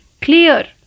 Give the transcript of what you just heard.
clear